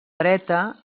dreta